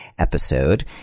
Episode